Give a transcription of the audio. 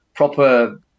proper